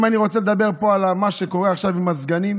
אם אני רוצה לדבר פה על מה שקורה עכשיו עם הסגנים,